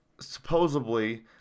supposedly